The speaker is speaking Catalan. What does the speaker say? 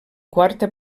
quarta